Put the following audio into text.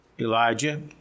Elijah